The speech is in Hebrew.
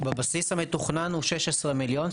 בבסיס המתוכנן הוא 16 מיליון,